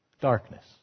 darkness